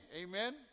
Amen